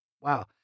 Wow